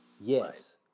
Yes